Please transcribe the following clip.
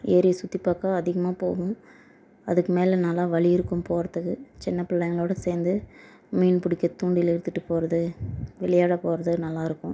ஏரியை சுற்றிப்பாக்க அதிகமாக போவேன் அதுக்கு மேலே நல்லா வழி இருக்கும் போகறத்துக்கு சின்ன பிள்ளைங்களோட சேர்ந்து மீன் பிடிக்க தூண்டிலை எடுத்துகிட்டு போகறது விளையாட போகறது நல்லாருக்கும்